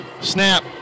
Snap